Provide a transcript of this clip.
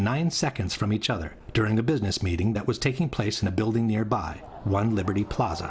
nine seconds from each other during the business meeting that was taking place in a building near by one liberty pl